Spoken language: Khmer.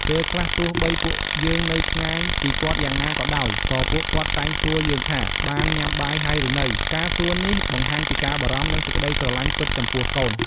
ពេលខ្លះ ទោះបីពួកយើងនៅឆ្ងាយពីគាត់យ៉ាងណាក៏ដោយ ក៏ពួកគាត់តែងសួរយើងថា "បានញុាំបាយហើយឬនៅ?" ការសួរនេះ បង្ហាញពីការបារម្ភនិងសេចក្ដីស្រឡាញ់ពិតចំពោះកូន។